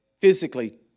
physically